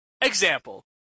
example